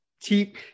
Keep